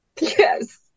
yes